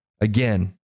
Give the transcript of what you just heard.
Again